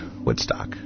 Woodstock